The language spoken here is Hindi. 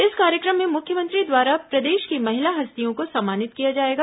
इस कार्यक्रम में मुख्यमंत्री द्वारा प्रदेश की महिला हस्तियों को सम्मानित किया जाएगा